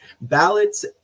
Ballots